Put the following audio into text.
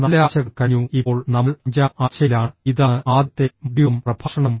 നാല് ആഴ്ചകൾ കഴിഞ്ഞു ഇപ്പോൾ നമ്മൾ അഞ്ചാം ആഴ്ചയിലാണ് ഇതാണ് ആദ്യത്തെ മൊഡ്യൂളും പ്രഭാഷണവും